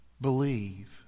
believe